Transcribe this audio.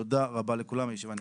תודה רבה לכולם, הישיבה נעולה.